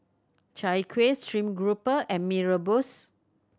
Chai Kuih stream grouper and Mee Rebus